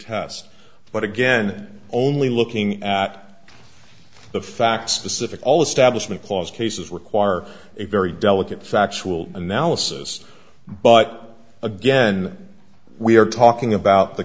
test but again only looking at the fact specific all establishment clause cases require a very delicate factual analysis but again we are talking